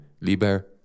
liber